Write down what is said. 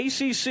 ACC